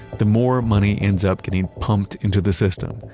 the more money ends up getting pumped into the system.